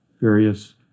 various